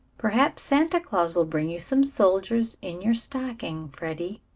perhaps santa claus will bring you some soldiers in your stocking, freddie.